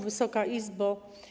Wysoka Izbo!